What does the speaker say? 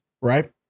Right